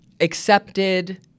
accepted